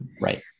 right